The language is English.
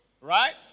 right